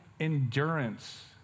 Endurance